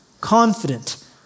confident